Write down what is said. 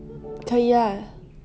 可以 lah